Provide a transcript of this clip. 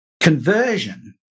conversion